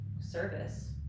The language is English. service